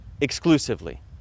exclusively